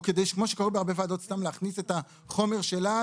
או סתם להכניס את החומר שלה,